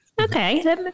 Okay